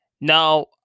Now